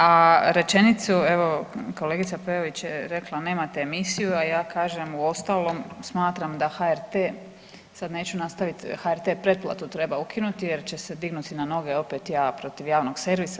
A rečenicu evo kolegica Peović je rekla nemate emisiju, a ja kažem uostalom smatram da HRT, sad neću nastaviti HRT pretplatu treba ukinuti jer će se dignuti na noge opet ja protiv javnog servisa.